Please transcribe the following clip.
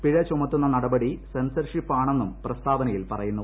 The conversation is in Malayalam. പിഴ ചുമത്തുന്ന നടപടി സെൻസർഷിപ്പാണെന്നും പ്രസ്താവനയിൽ പറയുന്നു